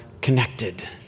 connected